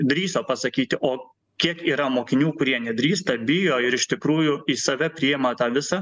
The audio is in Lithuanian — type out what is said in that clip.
drįso pasakyti o kiek yra mokinių kurie nedrįsta bijo ir iš tikrųjų į save priima tą visą